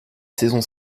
saison